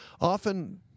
often